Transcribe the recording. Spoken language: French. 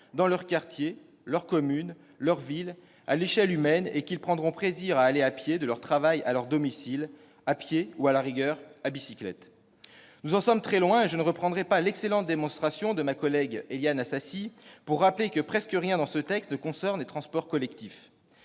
dans leur quartier, leur commune, leur ville à l'échelle humaine, et qu'ils prendront plaisir à aller à pied de leur travail à leur domicile- à pied ou, à la rigueur, à bicyclette. » Nous en sommes très loin. Je ne reprendrai pas l'excellente démonstration de ma collègue Éliane Assassi pour rappeler que presque rien dans ce texte ne concerne les transports collectifs-